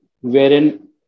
wherein